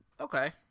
Okay